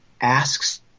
asks